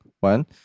one